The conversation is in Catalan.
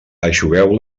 eixugueu